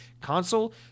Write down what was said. console